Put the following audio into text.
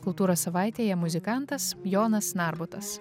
kultūros savaitėje muzikantas jonas narbutas